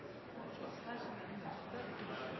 foreslås det at de som